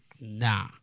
Nah